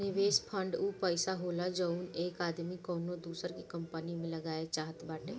निवेस फ़ंड ऊ पइसा होला जउन एक आदमी कउनो दूसर की कंपनी मे लगाए चाहत बाटे